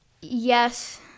Yes